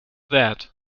that